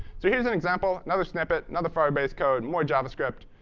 so here's an example, another snippet, another firebase code, more javascript.